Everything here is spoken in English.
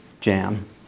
jam